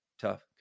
tough